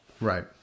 Right